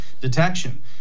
detection